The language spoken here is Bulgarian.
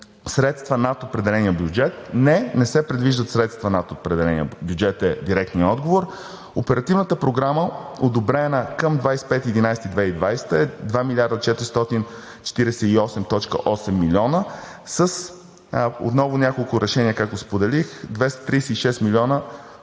средства над определения бюджет? Не, не се предвиждат средства над определения бюджет – е директният отговор. Оперативната програма, одобрена към 25 ноември 2020 г., е 2 милиарда 448,8 милиона отново с няколко решения, както споделих. 236 милиона